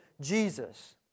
Jesus